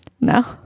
No